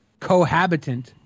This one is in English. cohabitant